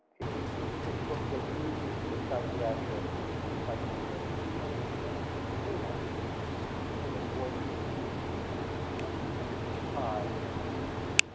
it's ah it's a book that uses the psychiatric, the the psychoanalytic arena so that a voice can be free, and that's something he prized and i think,